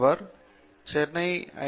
அவர் Chennai ஐ